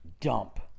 dump